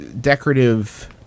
decorative